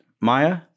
Maya